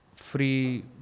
Free